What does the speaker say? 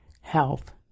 health